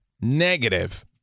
negative